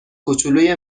کوچلوی